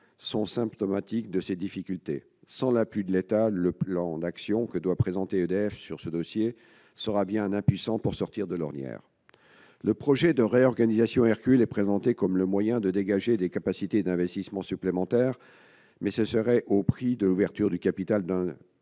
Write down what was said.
sont symptomatiques de ces difficultés. Sans l'appui de l'État, le plan d'action que doit présenter EDF sur ce dossier sera bien impuissant pour sortir de l'ornière. Le projet de réorganisation Hercule est présenté comme le moyen de dégager des capacités d'investissement supplémentaires, mais ce serait au prix de l'ouverture du capital d'un